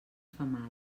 femada